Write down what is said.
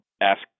ask